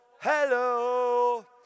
hello